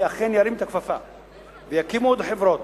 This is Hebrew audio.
אכן ירים את הכפפה ויקימו עוד חברות,